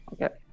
Okay